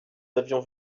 avions